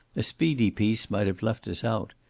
a speedy peace might have left us out,